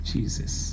Jesus